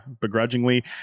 begrudgingly